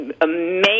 amazing